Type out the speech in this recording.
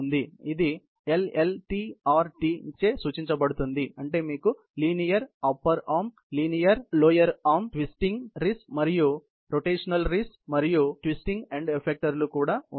కాబట్టి ఇది LL T R T చే సూచించబడుతుంది అంటే మీకు linear lower arm linear upper arm twisting wrist మరియు తరువాత రోటేషనల్ రిస్ట్ మరియు ట్విస్టింగ్ ఎండ్ ఎఫెక్టర్ కూడా ఉన్నాయి